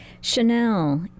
Chanel